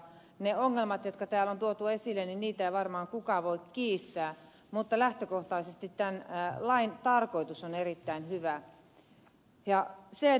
niitä ongelmia jotka täällä on tuotu esille ei varmaan kukaan voi kiistää mutta lähtökohtaisesti tämän lain tarkoitus on erittäin hyvä